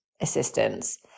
assistance